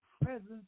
presence